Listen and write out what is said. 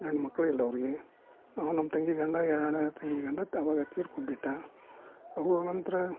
ಗಂಡು ಮಕ್ಕಳಿಲ್ಲ ಅವರಿಗೆ ನಮ್ಮ ತಂಗಿ ಗಂಡ ಎರಡನೇ ತಂಗಿ ಗಂಡ ಅವಾಗ ತೀರ್ಕೊಂಡ್ ಬಿಟ್ಟ ಅವರ ನಂತರ